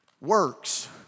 works